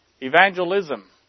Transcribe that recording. evangelism